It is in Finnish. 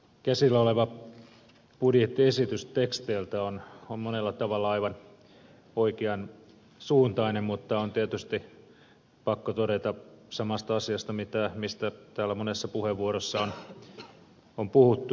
käsillä oleva budjettiesitys on teksteiltään monella tavalla aivan oikean suuntainen mutta on tietysti pakko todeta samasta asiasta mistä täällä monessa puheenvuorossa on puhuttu